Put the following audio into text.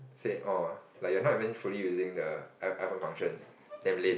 say orh like you're not even fully using the I iPhone functions damn lame